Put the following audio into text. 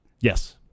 Yes